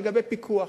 לגבי פיקוח.